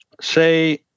say